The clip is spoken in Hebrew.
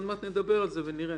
עוד מעט נדבר על זה ונראה.